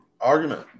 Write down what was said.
argument